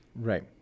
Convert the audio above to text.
right